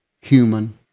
human